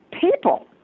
people